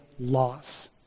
Loss